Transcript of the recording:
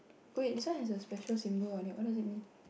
wait this one has a special symbol on it what does it mean